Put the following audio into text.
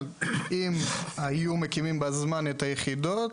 אבל אם היו מקימים בזמן את היחידות,